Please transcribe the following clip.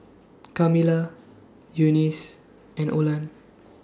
Camila Eunice and Olan